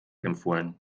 empfohlen